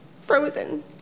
frozen